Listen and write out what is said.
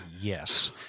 yes